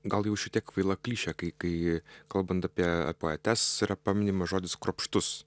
gal jau šietiek kvaila klišė kai kai kalbant apie poetes yra paminimas žodis kruopštus